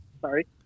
Sorry